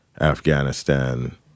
Afghanistan